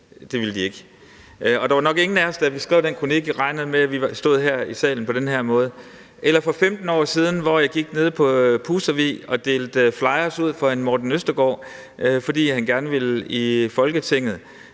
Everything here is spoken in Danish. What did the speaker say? Det ville de ikke. Der var nok ingen af os, der, da vi skrev den kronik, regnede med, at vi ville stå her i salen på den her måde. Eller jeg kan tænke tilbage på, da jeg for 15 år siden gik nede på Pustervig og delte flyers ud for en Morten Østergaard, fordi han gerne ville i Folketinget.